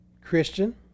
Christian